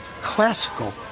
classical